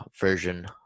version